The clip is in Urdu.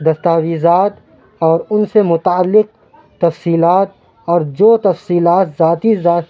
دستاویزات اور اُن سے متعلق تفصیلات اور جو تفصیلات ذاتی ذات